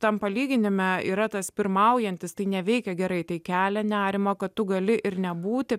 tampa lyginime yra tas pirmaujantis tai neveikia gerai tai kelia nerimą kad tu gali ir nebūti